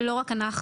לא רק אנחנו,